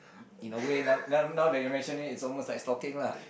in a way n~ now now that you have mentioned it it's almost like stalking lah